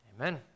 amen